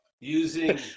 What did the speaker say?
using